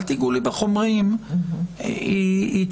אל תיגעו לי בחומרים,